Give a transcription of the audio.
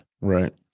Right